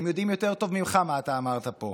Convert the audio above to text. הם יודעים יותר טוב ממך מה אתה אמרת פה.